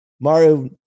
Mario